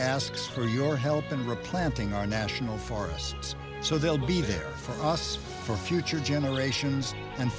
asks for your help and replanting our national forests so they'll be there for us for future generations and